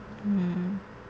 mm